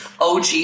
OG